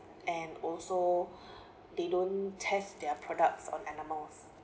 and also they don't test their products on animals